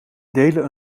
delen